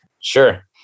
Sure